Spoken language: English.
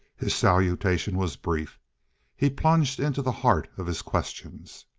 his salutation was brief he plunged into the heart of his questions.